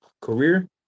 career